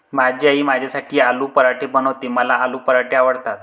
माझी आई माझ्यासाठी आलू पराठे बनवते, मला आलू पराठे आवडतात